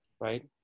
Right